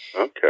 okay